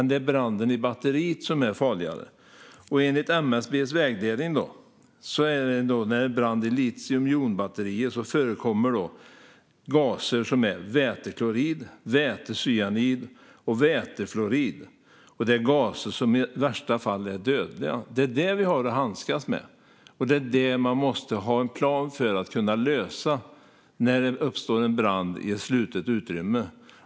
Det är branden i batteriet som är det farliga. Enligt MSB förekommer det gaser som väteklorid, vätecyanid och vätefluorid vid brand i litiumjonbatterier. Det är gaser som i värsta fall är dödliga. Det är det som vi har att handskas med. Man måste ha en plan för att lösa detta när det uppstår en brand i ett slutet utrymme.